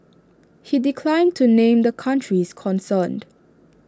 he declined to name the countries concerned